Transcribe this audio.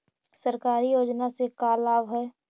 सरकारी योजना से का लाभ है?